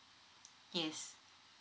yes